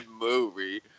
movie